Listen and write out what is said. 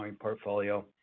portfolio